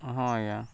ହଁ ଆଜ୍ଞା